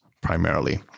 primarily